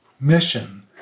Mission